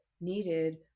needed